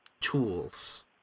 tools